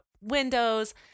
windows